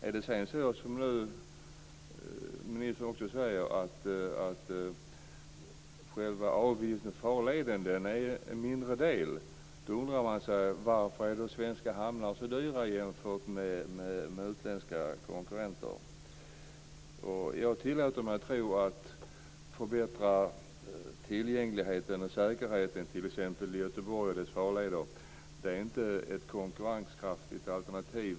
Är det sedan så som ministern nu säger, att själva avgiften för farleden är en mindre del, undrar man varför de svenska hamnarna är så dyra jämfört med utländska konkurrenter. Jag tillåter mig tro att förbättrad tillgänglighet och säkerhet i t.ex. Göteborg och dess farleder inte är ett konkurrenskraftigt alternativ.